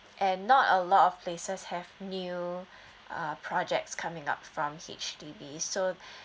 and not a lot of places have new uh projects coming up from H_D_B so